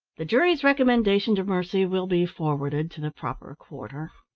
the jury's recommendation to mercy will be forwarded to the proper quarter.